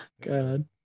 God